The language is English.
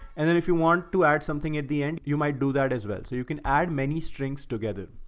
and then if you want to add something at the end, you might do that as well. so you can add many strings together.